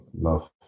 love